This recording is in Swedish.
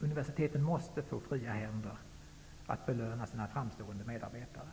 Universiteten måste få fria händer att belöna sina framstående medarbetare.